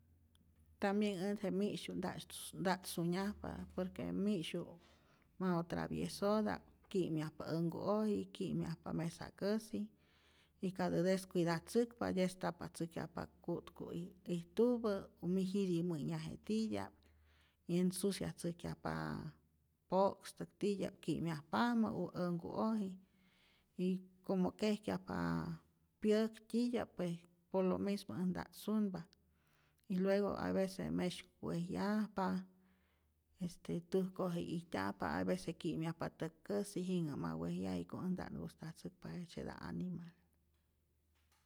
Tambien ät je mi'syu ntasy nta't sunyajpa, por que mi'syu mau traviesota'p, ki'myajpa änhkuoji, kimyajpa mesakäsi, y cadä descuidatzäkpa dyestapatzäjkyajpa ku'ktu ijtupä u mi jyitimä'nyaje titya'p, yensusatzäjkyajpa po'kstäk titya'p ki'myajpamä ä änhku'oji y como kyejkyajpa pyäk titya'p pues por lo mismo äj nta't sunpa, y luego aveces myesyku wejyajpa, este täjkoji ijtyajpa hay vece ki'myajpa täk'käsi jinhä ma wejyaje jiko' äj nta't gustatzäkpa jejtzyeta'p animal.